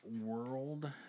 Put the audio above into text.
world